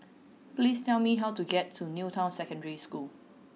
please tell me how to get to New Town Secondary School